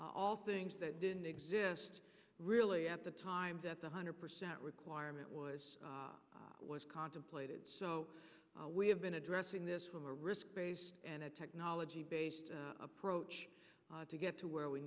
all things that didn't exist really at the time that's one hundred percent requirement was was contemplated so we have been addressing this from a risk base and a technology based approach to get to where we